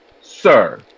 Sir